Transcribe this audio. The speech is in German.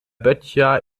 böttcher